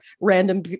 random